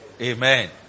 Amen